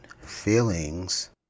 feelings